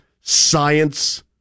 science